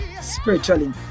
spiritually